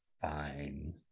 fine